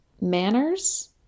manners